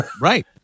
Right